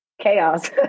chaos